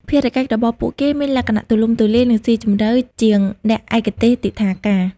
ភារកិច្ចរបស់ពួកគេមានលក្ខណៈទូលំទូលាយ និងស៊ីជម្រៅជាងអ្នកឯកទេសទិដ្ឋាការ។